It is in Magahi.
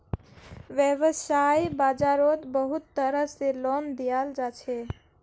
वैव्साय बाजारोत बहुत तरह से लोन दियाल जाछे